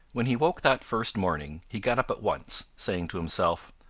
when he woke that first morning he got up at once, saying to himself,